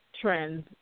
trends